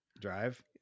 Drive